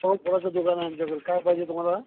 हो फुलाचं दुकान आहे आमच्याकडे काय पाहिजे तुम्हाला